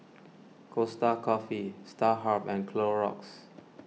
Costa Coffee Starhub and Clorox